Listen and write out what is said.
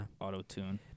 auto-tune